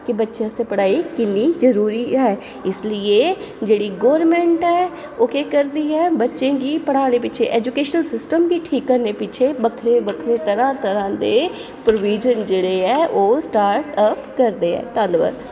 कि बच्चें आस्तै पढ़ाई किन्नी जरूरी ऐ इसलिए जेह्ड़ी गौरमेंट ऐ ओह् केह् करदी ऐ बच्चें गी पढ़ाने पिच्छें ऐजुकेशन सिस्टम गी ठीक करने दे पिच्छें बक्खरे बक्खरे तरहां तरहां दे प्रोविज़न जेह्ड़े ऐ ओह् स्टार्ट करदे ऐ धन्नबाद